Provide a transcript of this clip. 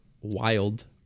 wild